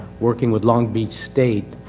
working with long beach state